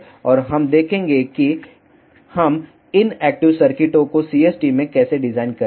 और हम देखेंगे कि हम इन एक्टिव सर्किटों को CST में कैसे डिजाइन करेंगे